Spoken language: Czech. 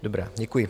Dobrá, děkuji.